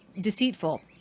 deceitful